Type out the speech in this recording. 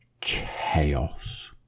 chaos